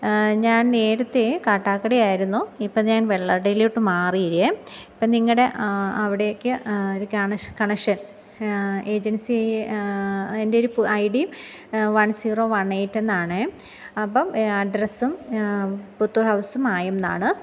ഞാൻ നേരത്തേ കാട്ടാക്കടയായിരുന്നു ഇപ്പോൾ ഞാൻ വെള്ളടയിലോട്ടു മാറിയേ ഇപ്പം നിങ്ങളുടെ അവിടേയ്ക്ക് ഒരു കണക്ഷൻ ഏജൻസി എൻ്റെ ഒരു I D one zero one എയ്റ്റെന്നാണെ അപ്പം അഡ്രസ്സും പുത്തൂർ ഹൗസും മായം എന്നാണ്